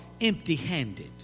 empty-handed